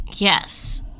Yes